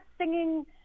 singing